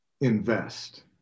invest